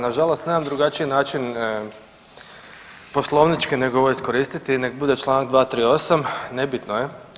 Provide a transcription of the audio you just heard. Na žalost nemam drugačiji način poslovnički, nego ovo iskoristiti nek' bude članak 238. nebitno je.